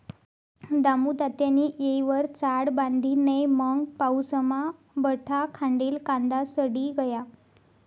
दामुतात्यानी येयवर चाळ बांधी नै मंग पाऊसमा बठा खांडेल कांदा सडी गया